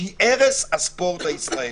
שהיא הרס הספורט הישראלי.